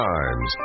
Times